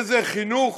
איזה חינוך